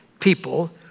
people